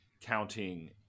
counting